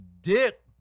dick